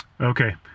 Okay